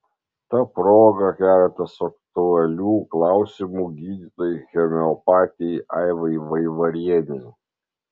ta proga keletas aktualių klausimų gydytojai homeopatei aivai vaivarienei